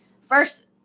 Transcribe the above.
first